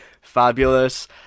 Fabulous